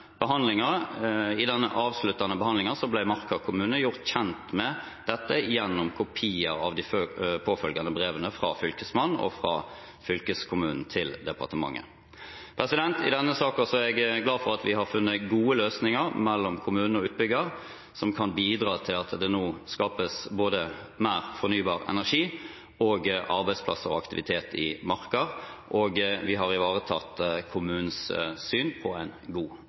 kommune gjort kjent med dette gjennom kopier av de påfølgende brevene fra Fylkesmannen og fra fylkeskommunen til departementet. I denne saken er jeg glad for at vi har funnet gode løsninger mellom kommune og utbygger som kan bidra til at det nå skapes både mer fornybar energi og arbeidsplasser og aktivitet i Marker. Og vi har ivaretatt kommunens syn på en god